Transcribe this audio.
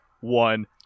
one